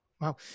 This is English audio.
Wow